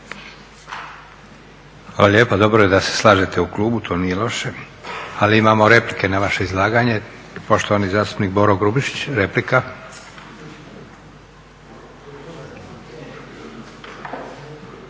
lijepa. Dobro je da se slažete u klubu, to nije loše, ali imamo replike na vaše izlaganje. Poštovani zastupnik Boro Grubišić, replika.